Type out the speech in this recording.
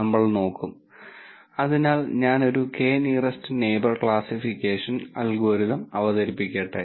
നമ്മൾ ടെക്നിക്കുകൾ അവതരിപ്പിക്കുമ്പോൾ ഒരു ഡാറ്റാ സയൻസ് പ്രോബ്ളത്തിൽ ടെക്നിക്ക് എങ്ങനെ ഉപയോഗിക്കാമെന്ന് ചിത്രീകരിക്കാൻ നമ്മൾ ചെറിയ ഉദാഹരണങ്ങളും ഉപയോഗിക്കും